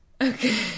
Okay